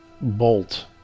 bolt